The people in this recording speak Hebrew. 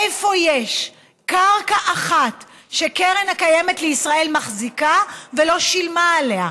איפה יש קרקע אחת שקרן קיימת לישראל מחזיקה ולא שילמה עליה,